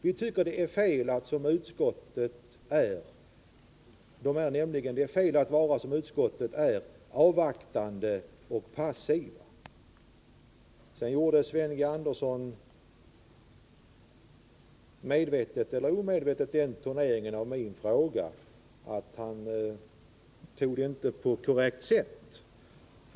Vi tycker att det är fel att — såsom utskottet är — vara avvaktande och passiv. Sedan gjorde Sven Andersson medvetet eller omedvetet den turneringen av min fråga att han inte tog upp den på korrekt sätt.